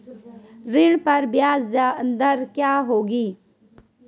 ऋण पर ब्याज दर क्या होगी?